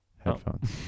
Headphones